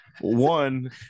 one